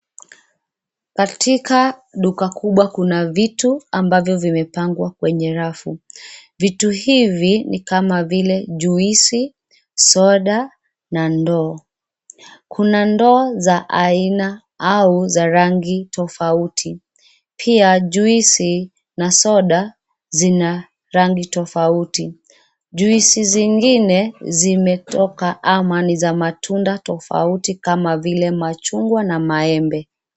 Katika duka kubwa kuna vitu ambavyo vimepangwa kwenye rafu. Vitu hivi ni kama vile juisi, soda na ndoo. Kuna ndoo za aina au za rangi tofauti pia juisi na soda zina rangi tofauti. Juisi zingine zimetoka ama ni za matunda tofauti kama vile machungwa na maembe.